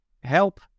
help